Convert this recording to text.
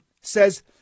says